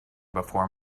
before